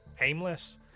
aimless